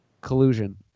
Collusion